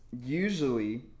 usually